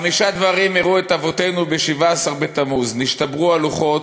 חמישה דברים אירעו את אבותינו בי"ז בתמוז: נשתברו הלוחות,